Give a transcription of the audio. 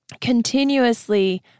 continuously